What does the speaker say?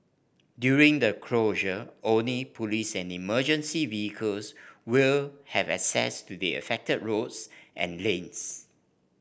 during the closure only police and emergency vehicles will have access to the affected roads and lanes